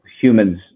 humans